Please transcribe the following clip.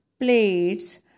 plates